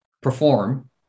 perform